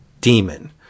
demon